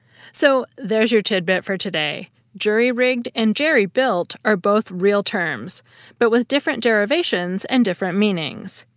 so, there's your tidbit for today jury-rigged and jerry-built are both real terms but with different derivations and different meanings.